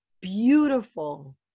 beautiful